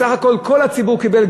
בסך הכול כל הציבור קיבל,